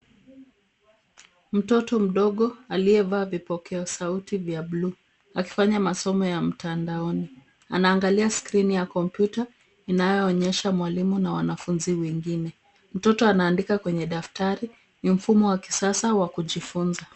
Mtoto mdogo aliyevaa vipokea sauti vya blue ,akifanya masomo ya mtandaoni. Anaangalia skrini ya kompyuta, inayoonyesha mwalimu na wanafunzi wengine. Mtoto anaandika kwenye daftari. Ni mfumo wa kisasa wa kujifunza.